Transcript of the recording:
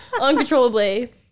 uncontrollably